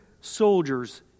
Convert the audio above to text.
soldiers